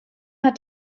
hat